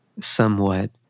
somewhat